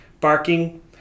Barking